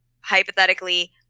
hypothetically